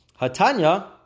Hatanya